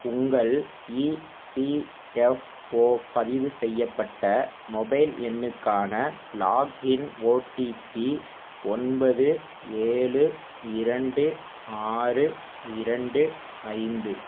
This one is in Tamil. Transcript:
உங்கள் இபிஎஃப்ஓ பதிவு செய்யப்பட்ட மொபைல் எண்ணுக்கான லாக்இன் ஓடிபி ஒன்பது ஏழு இரண்டு ஆறு இரண்டு ஐந்து